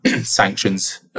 Sanctions